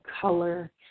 color